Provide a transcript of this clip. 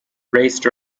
raced